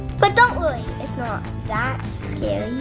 but don't worry, it's not that scary.